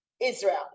Israel